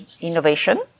innovation